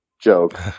joke